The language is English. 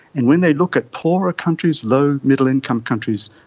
and when they look at poorer countries, low, middle income countries,